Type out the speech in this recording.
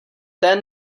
ten